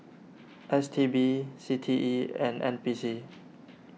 S T B C T E and N P C